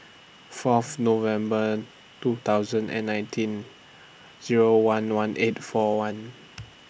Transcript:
Fourth November two thousand and nineteen Zero one one eight four one